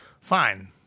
fine